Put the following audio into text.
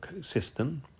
system